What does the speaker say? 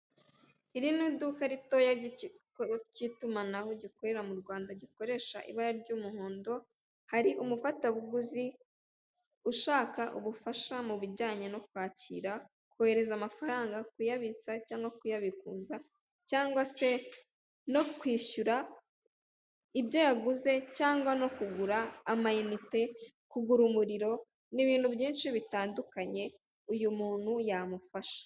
Iri ni duka ritoya ry'ikigo cy'itumanaho gikorera mu Rwanda gikoresha ibara ry'umuhondo hari umufatabuguzi ushaka ubufasha mu bijyanye no kwakira, kohereza amafaranga, kuyabitsa cyangwa kuyabikuza cyangwa se no kwishyura ibyo yaguze cyangwa no kugura amayinite, kugura umuriro n'ibintu byinshi bitandukanye uyu muntu yamufasha.